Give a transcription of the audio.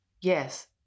Yes